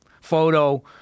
photo